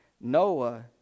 Noah